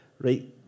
right